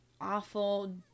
awful